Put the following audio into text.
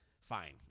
fine